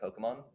Pokemon